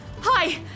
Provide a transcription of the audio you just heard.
Hi